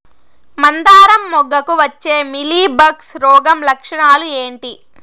మందారం మొగ్గకు వచ్చే మీలీ బగ్స్ రోగం లక్షణాలు ఏంటి?